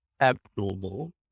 abnormal